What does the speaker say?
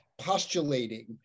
postulating